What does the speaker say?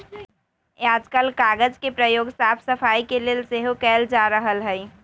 याजकाल कागज के प्रयोग साफ सफाई के लेल सेहो कएल जा रहल हइ